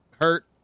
hurt